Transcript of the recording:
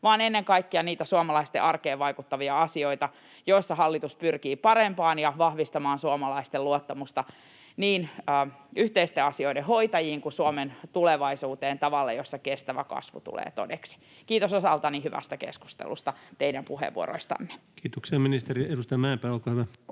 vaan ennen kaikkea niitä suomalaisten arkeen vaikuttavia asioita, joissa hallitus pyrkii parempaan ja vahvistamaan suomalaisten luottamusta niin yhteisten asioiden hoitajiin kuin Suomen tulevaisuuteen tavalla, jolla kestävä kasvu tulee todeksi. Kiitos osaltani hyvästä keskustelusta, teidän puheenvuoroistanne. Kiitoksia, ministeri. — Edustaja Mäenpää, olkaa hyvä.